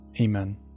Amen